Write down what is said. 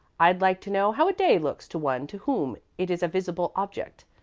i'd like to know how a day looks to one to whom it is a visible object.